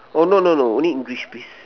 oh no no no only English please